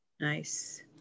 Nice